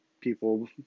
people